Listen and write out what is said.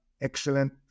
excellent